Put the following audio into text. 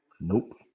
Nope